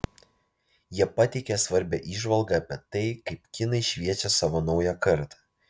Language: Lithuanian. jie pateikia svarbią įžvalgą apie tai kaip kinai šviečia savo naują kartą